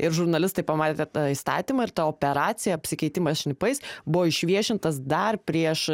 ir žurnalistai pamatę tą įstatymą ir tą operaciją apsikeitimas šnipais buvo išviešintas dar prieš